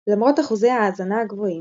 למרות אחוזי ההאזנה הגבוהים,